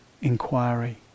inquiry